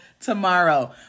tomorrow